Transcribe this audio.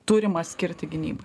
turima skirti gynybai